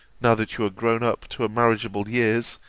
now that you are grown up to marriageable years,